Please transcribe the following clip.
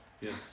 yes